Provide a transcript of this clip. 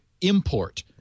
import